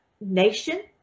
nation